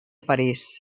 parís